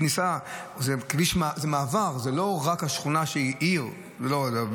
זה מעבר, זה לא רק השכונה שהיא עיר וכו'.